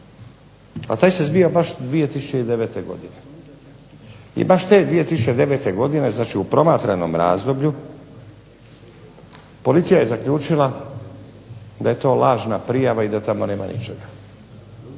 A taj se zbio baš 2009. godine. I baš te 2009. godine, znači u promatranom razdoblju, policija je zaključila da je to lažna prijava i da tamo nema ničega.